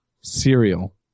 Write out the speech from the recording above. cereal